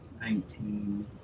nineteen